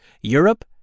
Europe